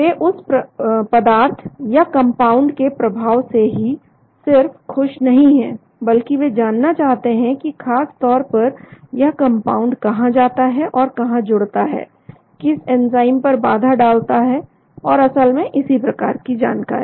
वे उस पदार्थ या कंपाउंड के प्रभाव से ही सिर्फ खुश नहीं है बल्कि वे जानना चाहते हैं की खास तौर पर यह कंपाउंड कहां जाता है और कहां जुड़ता है किस एंजाइम पर बाधा डालता है और असल में इसी प्रकार की जानकारी